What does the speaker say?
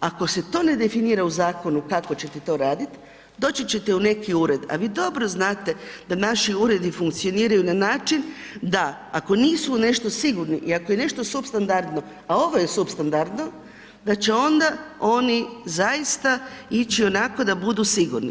ako se to ne definira u zakonu kako ćete to raditi doći ćete u neki ured, a vi dobro znate da naši uredi funkcioniraju na način da ako nisu u nešto sigurni i ako je nešto substandardno, a ovo je substandardno da će oni onda zaista ići onako da budu sigurni.